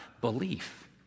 belief